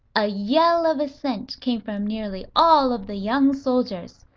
a yell of assent came from nearly all of the young soldiers.